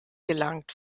gelangt